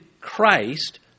Christ